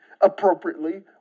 appropriately